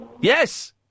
Yes